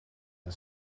are